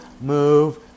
move